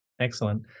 Excellent